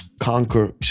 Conquer